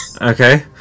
Okay